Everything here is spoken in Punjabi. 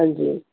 ਹਾਂਜੀ